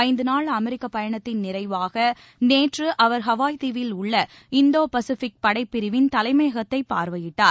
ஐந்துநாள் அமெரிக்கப் பயணத்தின் நிறைவாகநேற்றுஅவர் ஹவாய் தீவில் உள்ள இந்தோ பசிபிக் படைப் பிரிவின் தலைமையகத்தைப் பார்வையிட்டார்